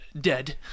dead